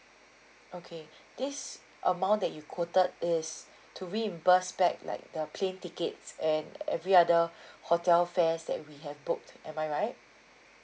okay this amount that you quoted is to reimburse back like the plane tickets and every other hotel fares that we have booked am I right